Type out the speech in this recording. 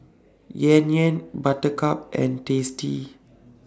Yan Yan Buttercup and tasty